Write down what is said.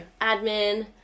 admin